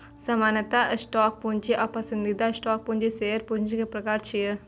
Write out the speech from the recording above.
सामान्य स्टॉक पूंजी आ पसंदीदा स्टॉक पूंजी शेयर पूंजी के प्रकार छियै